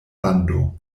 rando